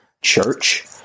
church